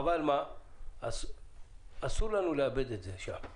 אבל אסור לנו לאבד את זה בדרך.